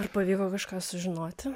ar pavyko kažką sužinoti